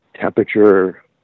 temperature